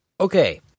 Okay